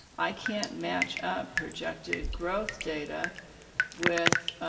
i can't match up projected growth data with